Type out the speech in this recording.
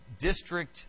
District